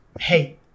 Hey